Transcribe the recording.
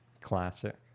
Classic